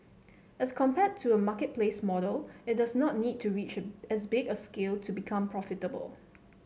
as compared to a marketplace model it does not need to reach as big a scale to become profitable